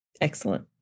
excellent